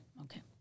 okay